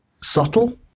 Subtle